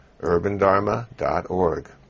urbandharma.org